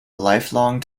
lifelong